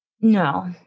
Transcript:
No